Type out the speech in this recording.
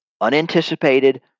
unanticipated